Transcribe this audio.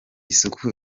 isuku